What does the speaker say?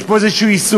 יש פה איזה איסור,